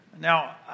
Now